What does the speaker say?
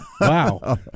wow